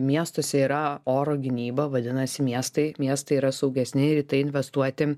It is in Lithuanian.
miestuose yra oro gynyba vadinasi miestai miestai yra saugesni ir į tai investuoti